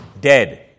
dead